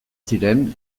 ziren